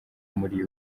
muri